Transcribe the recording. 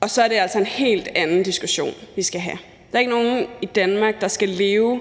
Og så er det altså en helt anden diskussion, vi skal have. Der er ikke nogen i Danmark, der skal leve